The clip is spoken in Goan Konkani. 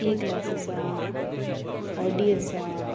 ए क्लास आसा ऑडी आसा